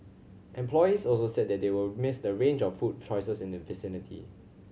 employees also said that they will miss the range of food choices in the vicinity